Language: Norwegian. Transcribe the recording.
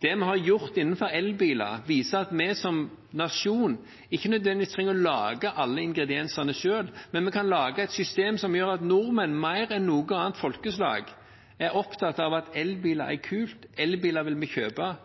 Det vi har gjort innenfor elbiler, viser at vi som nasjon ikke nødvendigvis trenger å lage alle ingrediensene selv, men vi kan lage et system som gjør at nordmenn mer enn noe annet folkeslag er opptatt av at elbiler er kult, elbiler vil vi kjøpe,